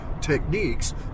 techniques